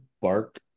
Bark